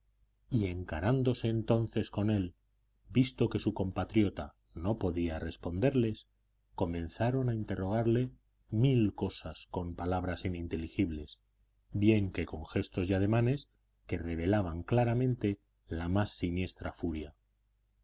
y encarándose entonces con él visto que su compatriota no podía responderles comenzaron a interrogarle mil cosas con palabras ininteligibles bien que con gestos y ademanes que revelaban claramente la más siniestra furia